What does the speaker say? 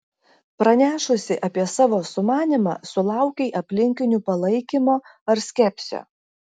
pranešusi apie savo sumanymą sulaukei aplinkinių palaikymo ar skepsio